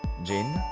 jeans,